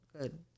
good